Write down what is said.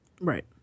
Right